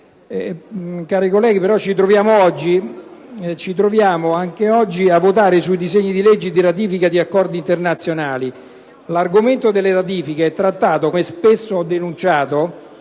Cari colleghi, ci troviamo anche oggi a votare su disegni di legge di ratifica di accordi internazionali. L'argomento delle ratifiche è trattato, come spesso ho denunciato,